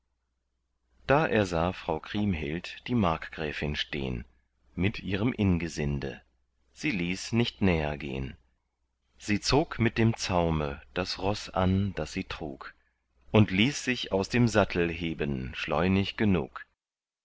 da ersah frau kriemhild die markgräfin stehn mit ihrem ingesinde sie ließ nicht näher gehn sie zog mit dem zaume das roß an das sie trug und ließ sich aus dem sattel heben schleunig genug